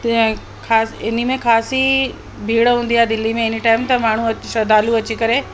तीअं खां इन में काफ़ी भीड़ हूंदी आहे दिल्ली में इन टाइम त माण्हू श्रद्धालू अची करे